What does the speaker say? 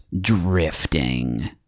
drifting